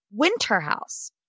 Winterhouse